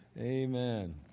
Amen